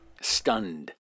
stunned